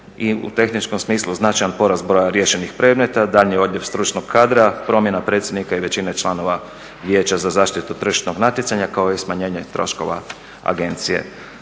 i u tehničkom smislu značajan porast broja riješenih predmeta, daljnji odljev stručnog kadra, promjena predsjednika i većine članova Vijeća za zaštitu tržišnog natjecanja kao i smanjenje troškova agencije.